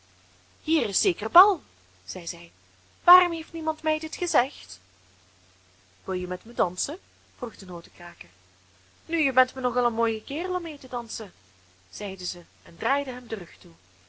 hier is zeker bal zei zij waarom heeft niemand mij dit gezegd wil je met mij dansen vroeg de notenkraker nu je bent me nog al een mooie kerel om mee te dansen zeide zij en draaide hem den rug toe